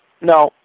No